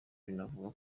binavugwa